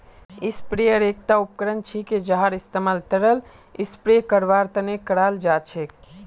sprayer एकता उपकरण छिके जहार इस्तमाल तरल स्प्रे करवार तने कराल जा छेक